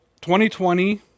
2020